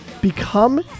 become